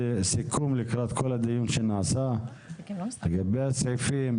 סיכום כל הדיון שנעשה לגבי הסעיפים,